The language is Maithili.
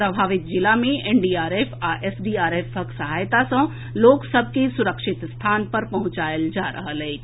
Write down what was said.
प्रभावित जिला मे एनडीआरएफ आ एसडीआरएफक सहायता सॅ लोक सभ के सुरक्षित स्थान पर पहुंचाएल जा रहल अछि